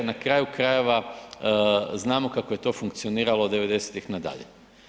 Na kraju krajeva znamo kako je to funkcioniralo '90.-tih na dalje.